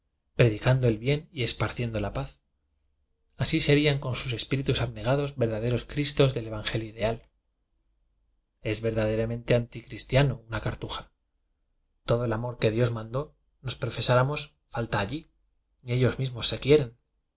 dicando el bien y esparciendo la paz así serían con sus espíritus abnegados verda deros cristos del evangelio ideal es verdañeramente anticristiano una cartuja todo el amor que dios mandó nos profesáramos falta allí ni ellos mismos se quieren